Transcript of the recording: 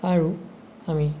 আৰু আমি